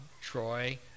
Troy